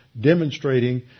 demonstrating